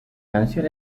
canción